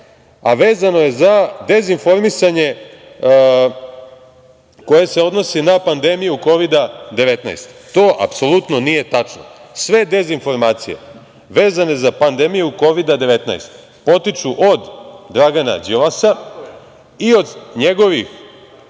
a vezano je za dezinformisanja koje se odnose na pandemiju Kovida–19. To apsolutno nije tačno. Sve dezinformacije vezane za pandemiju Kovida–19 potiču od Dragana Đilasa i od njegovih